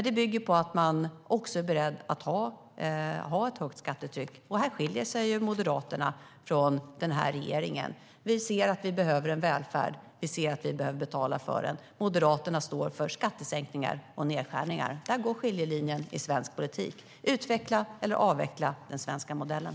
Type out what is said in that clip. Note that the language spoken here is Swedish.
Det bygger på att man är beredd att ha ett högt skattetryck. Här skiljer sig Moderaterna från den här regeringen. Vi ser att det behövs en välfärd och att den behöver betalas. Moderaterna står för skattesänkningar och nedskärningar. Där går skiljelinjen i svensk politik - utveckla eller avveckla den svenska modellen.